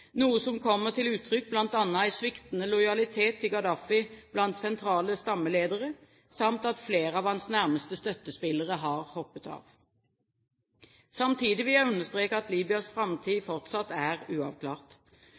noe som kommer til uttrykk bl.a. i sviktende lojalitet til Gaddafi blant sentrale stammeledere, samt at flere av hans nærmeste støttespillere har hoppet av. Samtidig vil jeg understreke at Libyas framtid fortsatt er uavklart.